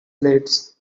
blades